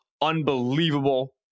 Unbelievable